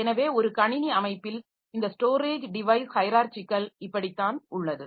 எனவே ஒரு கணினி அமைப்பில் இந்த ஸ்டோரேஜ் டிவைஸ் ஹைரார்சிக்கல் இப்படித்தான் உள்ளது